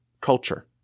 culture